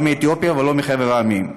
לא מאתיופיה ולא מחבר המדינות.